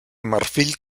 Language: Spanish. marfil